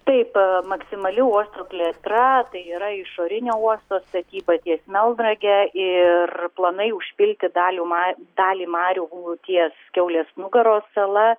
taip maksimali uostro plėtra tai yra išorinio uosto statyba ties melnrage ir planai užpilti dalių ma dalį marių ties kiaulės nugaros sala